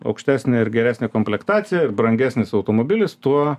aukštesnė ir geresnė komplektacija ir brangesnis automobilis tuo